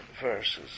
verses